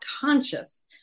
conscious